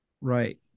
right